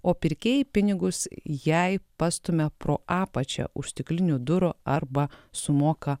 o pirkėjai pinigus jai pastumia pro apačią už stiklinių durų arba sumoka